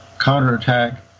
counterattack